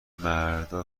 مردا